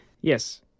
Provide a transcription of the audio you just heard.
Yes